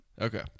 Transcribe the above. Okay